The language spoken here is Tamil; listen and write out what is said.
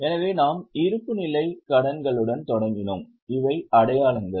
எனவே நாம் இருப்புநிலைக் கடன்களுடன் தொடங்கினோம் இவை அடையாளங்கள்